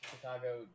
Chicago